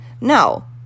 No